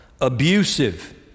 abusive